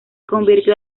convirtió